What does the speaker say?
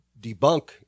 debunk